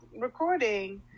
recording